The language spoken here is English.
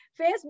Facebook